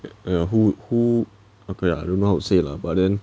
who who I don't know how to say lah but then